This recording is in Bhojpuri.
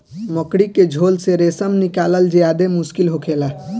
मकड़ी के झोल से रेशम निकालल ज्यादे मुश्किल होखेला